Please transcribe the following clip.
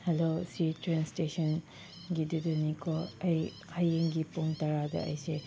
hello ꯁꯤ train ꯏꯁꯇꯦꯁꯟꯒꯤꯗꯨꯗꯅꯤꯀꯣ ꯑꯩ ꯍꯌꯦꯡꯒꯤ ꯄꯨꯡ ꯇꯔꯥꯗ ꯑꯩꯁꯦ